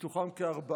מתוכם כ-4